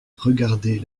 regarder